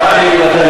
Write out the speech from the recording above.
לא.